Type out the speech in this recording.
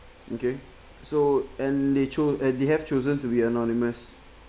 okay so and they cho~ and they have chosen to be anonymous